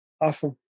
Awesome